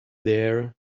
there